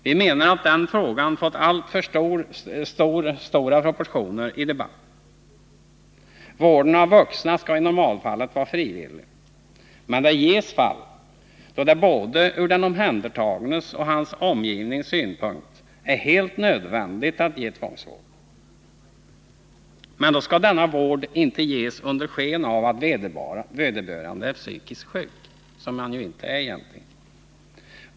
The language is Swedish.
Vi menar att den frågan fått alltför stora proportioner i debatten. Vården av vuxna skall i normalfallet vara frivillig, men det finns fall där det i både den omhändertagnes och hans omgivnings intresse är helt nödvändigt att ge tvångsvård. Men då skall denna vård inte ges under sken av att vederbörande är psykiskt sjuk, vilket han ju egentligen inte är.